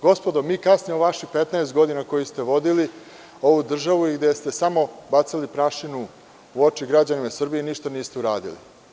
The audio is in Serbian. Gospodo, mi kasnimo vaših 15 godina koje ste vodili ovu državu i gde ste samo bacili prašinu u oči građanima Srbije i ništa niste uradili.